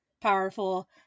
powerful